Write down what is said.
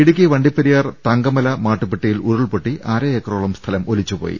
ഇടുക്കി വണ്ടിപ്പെരിയാർ തങ്കമല മാട്ടുപ്പെട്ടിയിൽ ഉരുൾപൊട്ടി അര ഏക്കറോളം സ്ഥലം ഒലിച്ചുപോയി